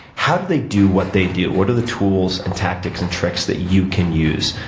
how do they do what they do? what are the tools and tactics and tricks that you can use?